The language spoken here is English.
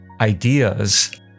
ideas